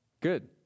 Good